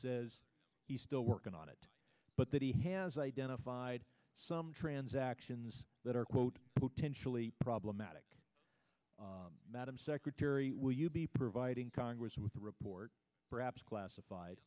says he's still working on it but that he has identified some transactions that are quote potentially problematic madam secretary will you be providing congress with a report perhaps classified